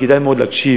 וכדאי מאוד להקשיב,